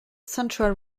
central